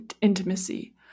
intimacy